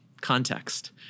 context